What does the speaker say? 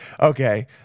okay